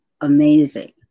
amazing